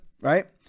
right